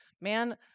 man